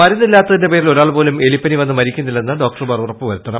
മരുന്ന് ഇല്ലാത്തതിന്റെ പേരിൽ ഒരാൾപോലും എലിപ്പനി വന്നു മരിക്കുന്നില്ലെന്ന് ഡോക്ടർമാർ ഉറപ്പുവരുത്തണം